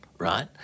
right